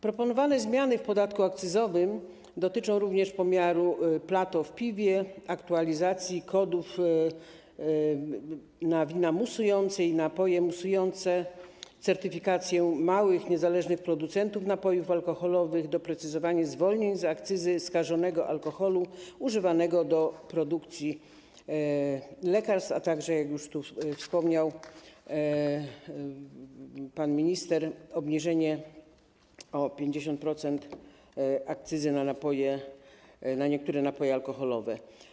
Proponowane zmiany w podatku akcyzowym dotyczą również pomiaru Plato w piwie, aktualizacji kodów na wina musujące i napoje musujące, certyfikacji małych, niezależnych producentów napojów alkoholowych, doprecyzowania zwolnień z akcyzy skażonego alkoholu używanego do produkcji lekarstw, a także, jak już tu wspomniał pan minister, obniżenie o 50% akcyzy na niektóre napoje alkoholowe.